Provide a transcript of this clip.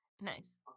Nice